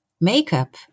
makeup